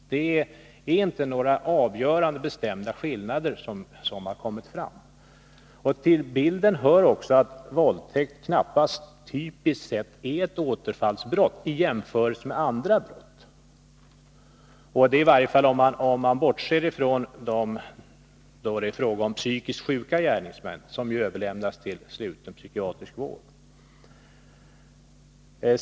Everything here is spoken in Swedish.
Det har inte kommit fram några avgörande, bestämda skillnader. Till bilden hör också att våldtäkt knappast är ett typiskt återfallsbrott i jämförelse med andra brott, i varje fall om man bortser från när det gäller psykiskt sjuka gärningsmän, som ju överlämnas till sluten psykiatrisk vård.